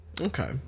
Okay